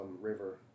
river